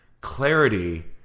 clarity